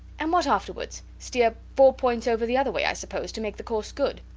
and what afterwards? steer four points over the other way, i suppose, to make the course good.